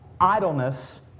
Idleness